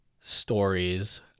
stories